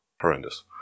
horrendous